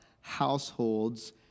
households